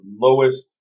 lowest